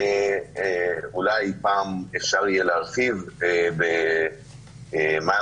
שאולי פעם אפשר יהיה להרחיב מה המגבלות